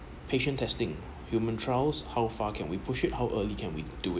patient testing human trials how far can we push it how early can we do it